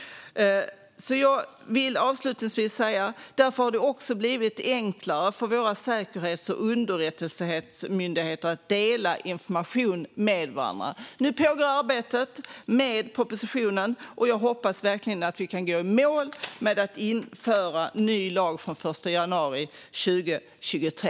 Det har därför också blivit enklare för våra säkerhets och underrättelsemyndigheter att dela information med varandra. Arbetet med propositionen pågår nu, och jag hoppas verkligen att vi kan gå i mål och införa en ny lag från den 1 januari 2023.